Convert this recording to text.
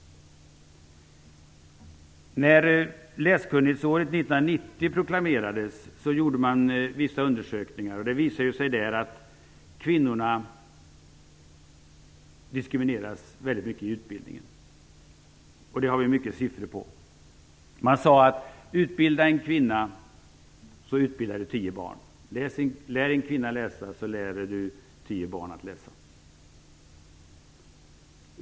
När läskunnighetsåret 1990 proklamerades gjorde man vissa undersökningar. Det visade sig där att kvinnorna diskriminerades väldigt mycket i utbildningen. Det har vi mycket siffror på. Man sade: Utbilda en kvinna, så utbildar du tio barn. Lär en kvinna läsa så lär du tio barn att läsa.